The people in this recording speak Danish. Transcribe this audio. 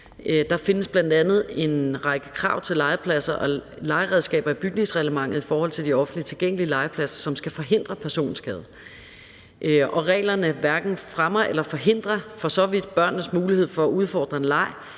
Der findes bl.a. en række krav til legepladser og legeredskaber i bygningsreglementet i forhold til de offentligt tilgængelige legepladser, som skal forhindre personskade. Reglerne hverken fremmer eller forhindrer for så vidt børnenes mulighed for udfordrende leg,